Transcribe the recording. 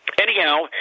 anyhow